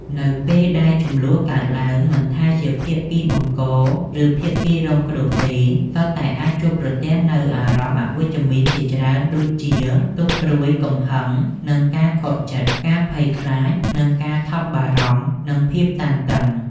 នៅពេលដែលជម្លោះកើតឡើង មិនថាជាភាគីបង្ក ឬភាគីរងគ្រោះទេ សុទ្ធតែអាចជួបប្រទះនូវអារម្មណ៍អវិជ្ជមានជាច្រើនដូចជា ទុក្ខព្រួយ កំហឹង និងការខកចិត្ត ការភ័យខ្លាច និងការថប់បារម្ភ និងភាពតានតឹង។